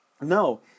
no